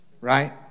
right